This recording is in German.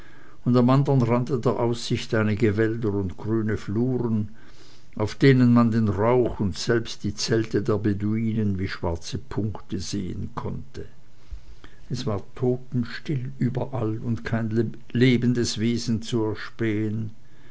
und am andern rande der aussicht einige wälder und grüne fluren auf denen man den rauch und selbst die zelte der beduinen wie schwarze punkte sehen konnte es war totenstill überall und kein lebendes wesen zu erspähen